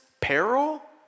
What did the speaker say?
peril